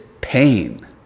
pain